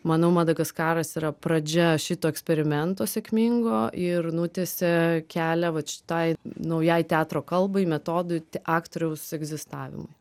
manau madagaskaras yra pradžia šito eksperimento sėkmingo ir nutiesia kelią vat šitai naujai teatro kalbai metodui aktoriaus egzistavimui